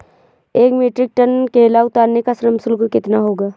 एक metric tonne केला उतारने का श्रम शुल्क कितना होगा?